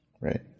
right